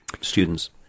students